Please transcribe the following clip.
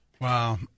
Wow